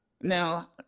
Now